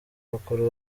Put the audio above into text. bakuru